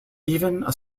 even